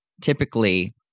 typically